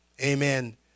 amen